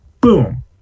Boom